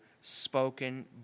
spoken